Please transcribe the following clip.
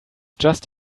just